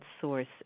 source